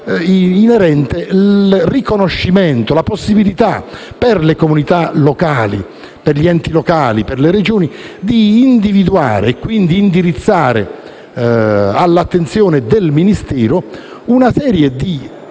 quelle inerenti la possibilità per le comunità e per gli enti locali e per le Regioni, di individuare e quindi indirizzare all'attenzione del Ministero una serie di